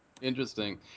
Interesting